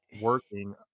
working